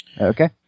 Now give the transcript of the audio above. Okay